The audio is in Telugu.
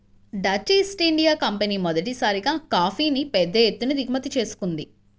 డచ్ ఈస్ట్ ఇండియా కంపెనీ మొదటిసారిగా కాఫీని పెద్ద ఎత్తున దిగుమతి చేసుకుంది